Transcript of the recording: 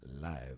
live